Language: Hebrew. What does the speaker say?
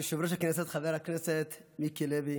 כבוד יושב-ראש הכנסת חבר הכנסת מיקי לוי,